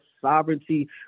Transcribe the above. sovereignty